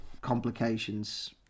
complications